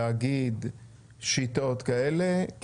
להגיד שיטות כאלה,